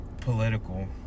political